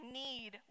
need